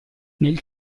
nel